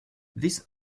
this